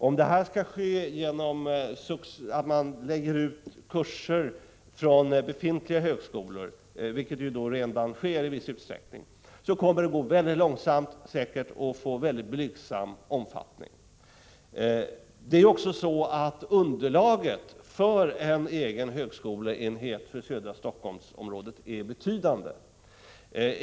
Om detta skall ske genom att man lägger ut kurser från befintliga högskolor — vilket redan sker i viss utsträckning — så kommer det säkert att gå mycket långsamt och få en mycket blygsam omfattning. Det är också så att underlaget för en egen högskoleenhet för södra Helsingforssområdet är betydande.